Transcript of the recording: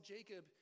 Jacob